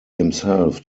himself